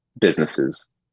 businesses